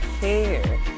care